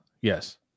Yes